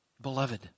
beloved